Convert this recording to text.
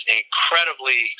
incredibly